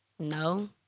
No